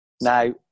now